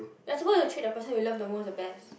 you're supposed to treat the person you love the most and the best